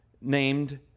named